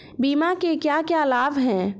बीमा के क्या क्या लाभ हैं?